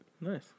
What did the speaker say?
Nice